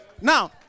Now